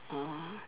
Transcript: oh